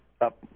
up